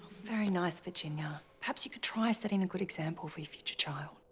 very nice virginia, perhaps you could try setting a good example for your future child.